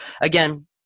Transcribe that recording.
again